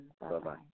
Bye-bye